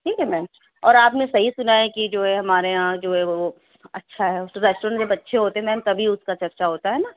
ٹھیک ہے میم اور آپ نے صحیح سُنا ہے کہ جو ہے ہمارے یہاں جو ہے وہ اچھا ہے ریسٹورینٹ جب اچھے ہوتے ہیں میم تبھی اُس کا چرچا ہوتا ہے نا